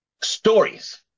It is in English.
stories